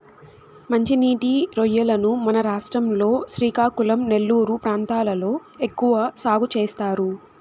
మంచి నీటి రొయ్యలను మన రాష్ట్రం లో శ్రీకాకుళం, నెల్లూరు ప్రాంతాలలో ఎక్కువ సాగు చేస్తారు